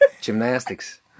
Gymnastics